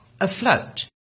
afloat